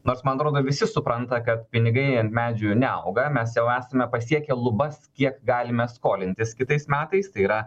nors man atrodo visi supranta kad pinigai ant medžių neauga mes jau esame pasiekę lubas kiek galime skolintis kitais metais tai yra